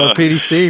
PDC